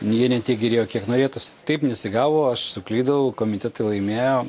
jie ne tiek gerėjo kiek norėtųsi taip nesigavo aš suklydau komitetai laimėjo